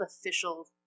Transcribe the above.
official